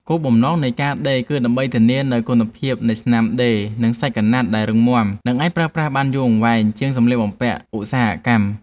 គោលបំណងនៃការដេរគឺដើម្បីធានាបាននូវគុណភាពនៃស្នាមដេរ និងសាច់ក្រណាត់ដែលរឹងមាំ និងអាចប្រើប្រាស់បានយូរអង្វែងជាងសម្លៀកបំពាក់ឧស្សាហកម្ម។